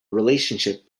relationship